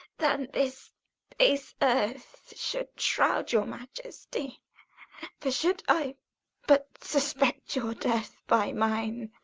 than this base earth should shroud your majesty for, should i but suspect your death by mine,